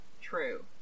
True